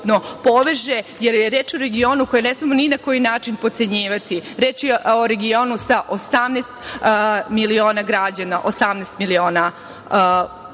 poveže, jer je reč o regionu koji ne smemo ni na koji način potcenjivati. Reč je o regionu sa 18 miliona građana, 18 miliona